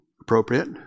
appropriate